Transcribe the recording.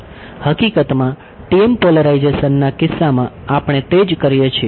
હકીકતમાં TM પોલેરાઇઝેશનના કિસ્સામાં આપણે તે જ કરીએ છીએ